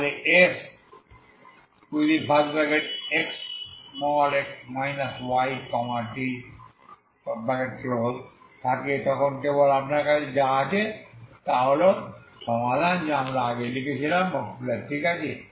তাই যখন আপনার Sx yt থাকে তখন কেবল আপনার কাছে যা আছে তা হল সমাধান যা আমরা আগে লিখেছিলাম বক্তৃতায় ঠিক আছে